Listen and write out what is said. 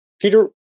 Peter